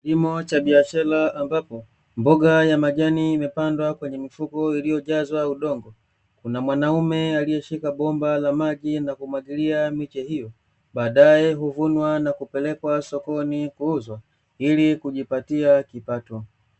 Kilimo cha biashara ambapo mboga ya majani inapandwa kwenye mifuko iliyojazwa udongo, kuna mwanaume alieshika bomba la maji na kumwagilia miche hiyo. Baadae huvunwa na kupelekwa sokoni kuuzwa ili kujipatia kipato.